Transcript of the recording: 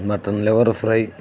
mutton liver fry